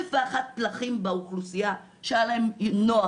אלף ואחת פלחים באוכלוסייה שהיה להם נוח